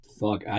Fuck